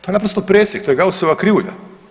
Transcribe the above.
To je naprosto presjek, to je Gaussova krivulja.